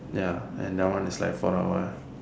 ya and that one is for awhile